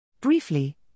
Briefly